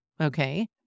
Okay